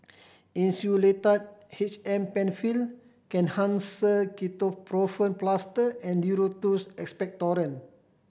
Insulatard H M Penfill Kenhancer Ketoprofen Plaster and Duro Tuss Expectorant